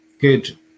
Good